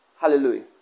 Hallelujah